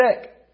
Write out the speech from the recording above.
sick